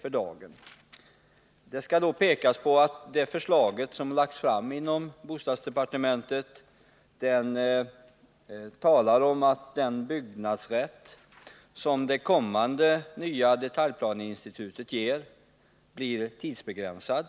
Jag vill dock peka på att det förslag som har lagts fram inom bostadsdepartementet säger att den byggnadsrätt som det kommande detaljplaneinstitutet ger blir tidsbegränsad.